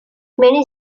many